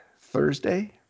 Thursday